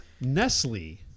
Nestle